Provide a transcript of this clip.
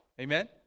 Amen